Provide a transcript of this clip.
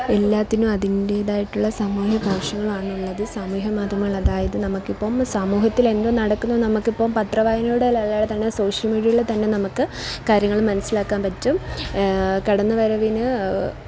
എല്ലാത്തിനും അതിൻ്റേതായിട്ടുള്ള സമൂഹ്യ പ്രശ്നങ്ങളാണ് ഉള്ളത് സമൂഹ മാധ്യമങ്ങൾ അതായത് നമുക്ക് ഇപ്പം സമൂഹത്തിൽ എന്ത് നടക്കുന്നു നമുക്ക് ഇപ്പം പത്രവായനയിലൂടെ അല്ലാതെ തന്നെ സോഷ്യൽ മീഡിയകളിൽ തന്നെ നമ്മൾക്ക് കാര്യങ്ങൾ മനസ്സിലാക്കാൻ പറ്റും കടന്നു വരവിന്